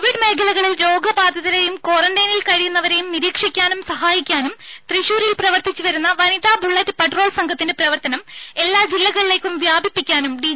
Covid മേഖലകളിൽ രോഗബാധിതരെയും ക്വാറന്റൈനിൽ കഴിയുന്നവരെയും നിരീക്ഷിക്കാനും സഹായിക്കാനും തൃശൂരിൽ പ്രവർത്തിച്ചുവരുന്ന വനിതാ ബുള്ളറ്റ് പട്രോൾ സംഘത്തിന്റെ പ്രവർത്തനം എല്ലാ ജില്ലകളിലേക്കും വ്യാപിപ്പിക്കാനും ഡി